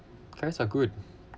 carrot are good